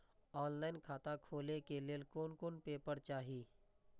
Online खाता खोले के लेल कोन कोन पेपर चाही?